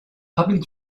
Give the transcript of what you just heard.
public